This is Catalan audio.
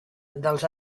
dels